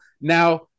now